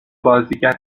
بازیگر